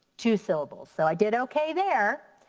two syllables so i did okay there.